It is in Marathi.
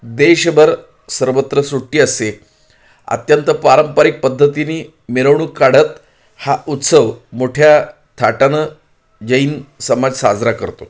देशभर सर्वत्र सुट्टी असते अत्यंत पारंपरिक पद्धतीने मिरवणूक काढत हा उत्सव मोठ्या थाटानं जैन समाज साजरा करतो